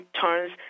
turns